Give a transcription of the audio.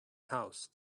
house